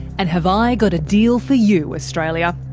and have i got a deal for you, australia.